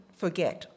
forget 。